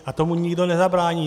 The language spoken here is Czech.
A tomu nikdo nezabrání.